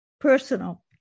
Personal